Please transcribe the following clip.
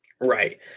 Right